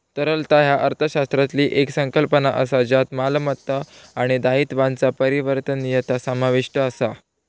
तरलता ह्या अर्थशास्त्रातली येक संकल्पना असा ज्यात मालमत्तो आणि दायित्वांचा परिवर्तनीयता समाविष्ट असा